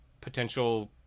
potential